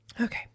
Okay